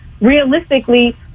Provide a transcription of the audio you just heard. realistically